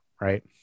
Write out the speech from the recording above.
Right